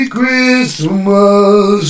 Christmas